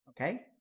okay